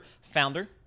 founder